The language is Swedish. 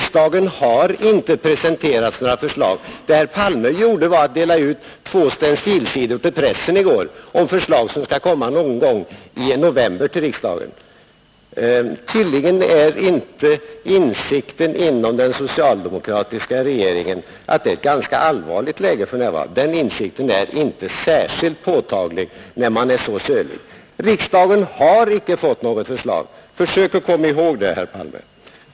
Det herr Palme gjorde i går var att dela ut två stencilsidor till pressen om förslag, som skall föreläggas riksdagen någon gång i november. Tydligen finns det inte någon större insikt inom den socialdemokratiska regeringen om att det råder ett ganska allvarligt läge för närvarande. Den insikten är inte särskilt påtaglig, när man är så sölig. Riksdagen har inte fått några förslag. Försök att komma ihåg detta, herr Palme.